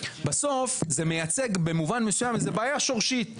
בסוף זה מייצג במובן מסוים בעיה שורשית,